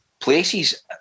places